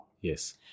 Yes